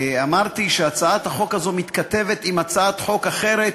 אמרתי שהצעת החוק הזו מתכתבת עם הצעת חוק אחרת